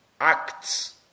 acts